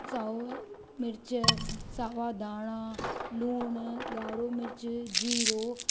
साओ मिर्च सावा धाणा लूणु ॻाढ़ो मिर्च जीरो